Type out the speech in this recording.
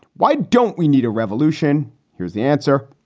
why don't we need a revolution? here's the answer.